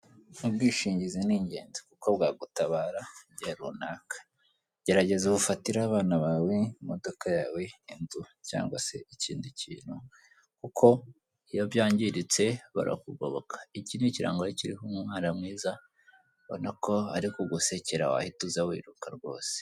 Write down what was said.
Ubwishingizi ni ingenzi kuko bwagutabara igihe runaka gerageza ufatire abana bawe, imodoka yawe, inzu cyangwa se ikindi kintu kuko iyo byangiritse barakugoboka ikindi kirango kiriho umwana mwiza ubona ko ari kugusekera wahita uza wiruka rwose.